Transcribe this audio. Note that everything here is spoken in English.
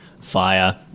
fire